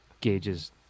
gauges